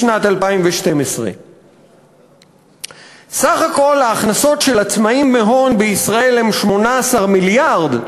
בשנת 2012. סך כל ההכנסות של עצמאים מהון בישראל הם 18 מיליארד,